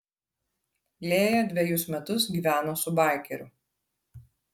lėja dvejus metus gyveno su baikeriu